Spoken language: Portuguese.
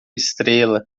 estrela